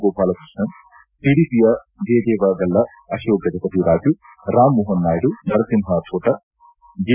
ಗೋಪಾಲಕೃಷ್ಣನ್ ಟಡಿಪಿಯ ಜಯದೇವ ಗಲ್ಲಾ ಅಕೋಕ್ ಗಜಪತಿ ರಾಜು ರಾಮ್ ಮೋಪನ್ ನಾಯ್ದು ನರಸಿಂಪ ಫೋಟ ಜೆ